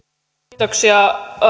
kiitoksia